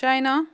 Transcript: China